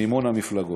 מימון המפלגות.